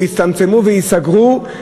יצטמצמו ויסגרו.